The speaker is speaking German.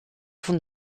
von